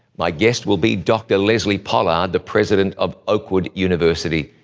my guest will be dr. leslie pollard, the president of oakwood university.